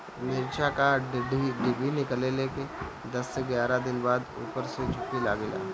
मिरचा क डिभी निकलले के दस से एग्यारह दिन बाद उपर से झुके लागेला?